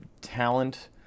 talent